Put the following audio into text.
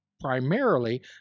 primarily